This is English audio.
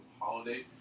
holiday